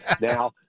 Now